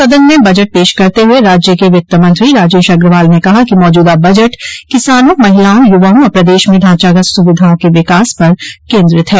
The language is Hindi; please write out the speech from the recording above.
सदन में बजट पेश करते हुए राज्य के वित्त मंत्री राजेश अग्रवाल ने कहा कि मौजूदा बजट किसानों महिलाओं युवाओं और प्रदेश में ढांचागत सुविधाओं के विकास पर केन्द्रित है